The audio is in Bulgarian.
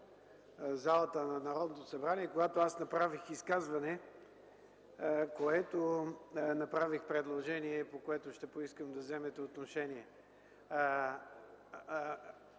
залата на Народното събрание, когато аз направих изказване, в което направих предложение, по което ще искам да вземете отношение.